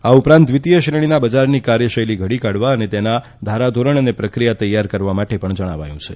આ ઉપરાંત દ્વિતીય શ્રેણીના બજારની કાર્યશૈલી ધડી કાઢવા અને તેના ધારાધોરણ અને પ્રક્રિયા તૈયાર કરવા જણાવ્યું છે